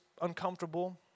uncomfortable